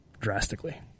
drastically